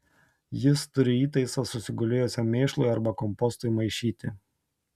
jis turi įtaisą susigulėjusiam mėšlui arba kompostui maišyti